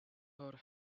her